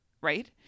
Right